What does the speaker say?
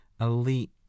elite